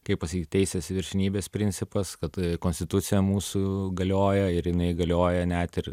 kaip pasakyt teisės viršenybės principas kad konstitucija mūsų galioja ir jinai galioja net ir